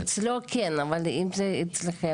אז אנחנו בתהליכי